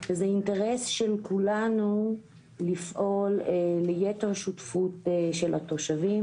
שזה אינטרס של כולנו לפעול ליתר שותפות של התושבים.